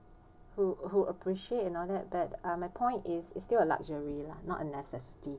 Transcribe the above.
who who appreciate and all that but my point it's still a luxury lah not a necessity